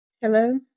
Hello